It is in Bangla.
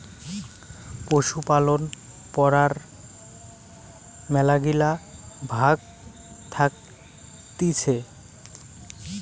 পশুপালন পড়ার মেলাগিলা ভাগ্ থাকতিছে